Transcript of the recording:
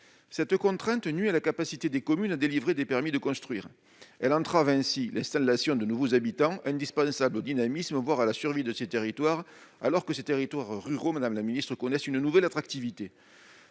Cette contrainte nuit à la capacité des communes à délivrer des permis de construire. Elle entrave ainsi l'installation de nouveaux habitants, indispensable au dynamisme, voire à la survie de ces territoires, au moment même où ceux-ci retrouvent une vraie attractivité.